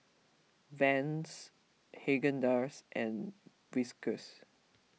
Vans Haagen Dazs and Whiskas